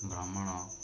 ଭ୍ରମଣ